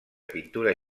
pintura